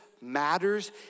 matters